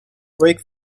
break